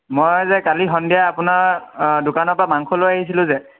মই যে কালি সন্ধিয়া আপোনাৰ আ দোকানৰ পৰা মাংস লৈ আহিছিলোঁ যে